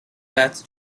bats